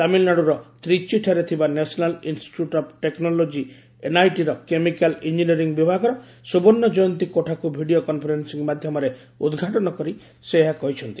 ତାମିଲନାଡୁର ତ୍ରିଚୀଠାରେ ଥିବା ନ୍ୟାସନାଲ୍ ଇନଷ୍ଟିଚ୍ୟୁଟ୍ ଅଫ୍ ଟେକ୍ନୋଲୋକ୍ତି ଏନ୍ଆଇଟିର କେମିକାଲ୍ ଙ୍ଗକିନିୟରି ବିଭାଗର ସୁବର୍ଣ୍ଣ ଜୟନ୍ତୀ କୋଠାକୁ ଭିଡିଓ କନଫରେନ୍ସିଂ ମାଧ୍ୟମରେ ଉଦ୍ଘାଟନ କରି ସେ ଏହା କହିଛନ୍ତି